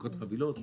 לחלוקת חבילות,